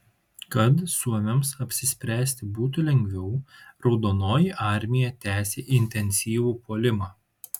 kad suomiams apsispręsti būtų lengviau raudonoji armija tęsė intensyvų puolimą